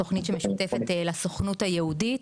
תוכנית שמשותפת לסוכנות היהודית,